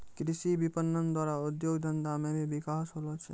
कृषि विपणन द्वारा उद्योग धंधा मे भी बिकास होलो छै